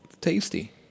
tasty